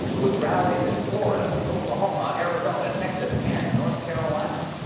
with rallies in florida, oklahoma, arizona, texas, and north carolina.